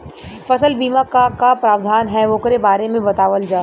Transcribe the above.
फसल बीमा क का प्रावधान हैं वोकरे बारे में बतावल जा?